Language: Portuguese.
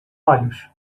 olhos